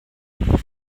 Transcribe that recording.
google